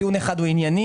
טיעון אחד הוא ענייני,